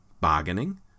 Bargaining